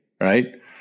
right